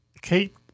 Kate